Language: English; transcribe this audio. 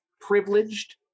privileged